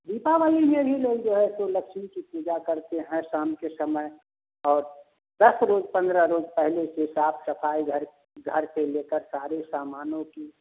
दीपावली में भी लोग जो हैं सो लक्ष्मी की पूजा करते हैं हर शाम के समय और दस लोग पन्द्रह लोग पहले से साफ़ सफ़ाई घर की घर से ले कर सारे सामानों की